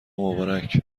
مبارک